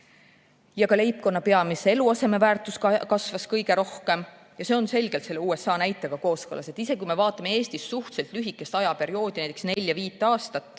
Ka leibkonna peamise eluaseme väärtus kasvas kõige rohkem. See on selgelt selle USA näitega kooskõlas. Isegi kui me vaatame Eestis suhteliselt lühikest perioodi, näiteks nelja-viit aastat,